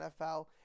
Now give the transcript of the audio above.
NFL